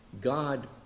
God